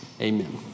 Amen